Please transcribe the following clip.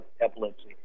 epilepsy